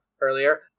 earlier